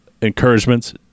encouragements